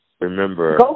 Remember